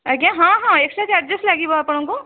ଆଜ୍ଞା ହଁ ହଁ ଏକ୍ସଟ୍ରା ଚାର୍ଜଜେସ୍ ଲାଗିବ ଆପଣଙ୍କୁ